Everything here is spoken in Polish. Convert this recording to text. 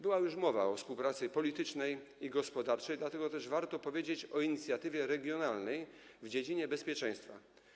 Była już mowa o współpracy politycznej i gospodarczej, dlatego też warto powiedzieć o inicjatywie regionalnej w dziedzinie bezpieczeństwa.